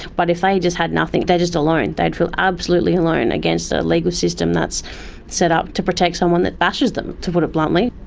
but if they just had nothing, they are just alone, they'd feel absolutely alone against a legal system that's set up to protect someone that bashes them, to put it bluntly.